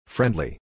Friendly